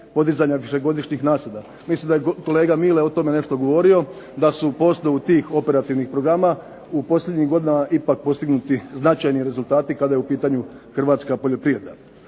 podizanja višegodišnjih nasada. Mislim da je kolega Mile o tome nešto govorio da su u postupku tih operativnih programa u posljednjih godina ipak postignuti značajni rezultati kada je u pitanju Hrvatska poljoprivreda.